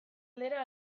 aldera